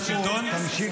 הוא לא עשה כלום, נכון?